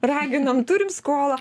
raginam turim skolą